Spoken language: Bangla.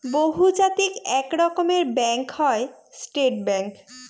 বহুজাতিক এক রকমের ব্যাঙ্ক হয় স্টেট ব্যাঙ্ক